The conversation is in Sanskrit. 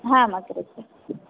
आम् अग्रज